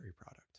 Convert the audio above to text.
product